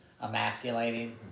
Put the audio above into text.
emasculating